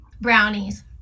Brownies